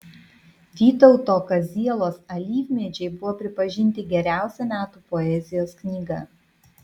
vytauto kazielos alyvmedžiai buvo pripažinti geriausia metų poezijos knyga